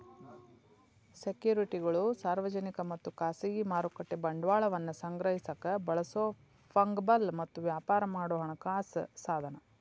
ಸೆಕ್ಯುರಿಟಿಗಳು ಸಾರ್ವಜನಿಕ ಮತ್ತ ಖಾಸಗಿ ಮಾರುಕಟ್ಟೆ ಬಂಡವಾಳವನ್ನ ಸಂಗ್ರಹಿಸಕ ಬಳಸೊ ಫಂಗಬಲ್ ಮತ್ತ ವ್ಯಾಪಾರ ಮಾಡೊ ಹಣಕಾಸ ಸಾಧನ